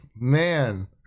man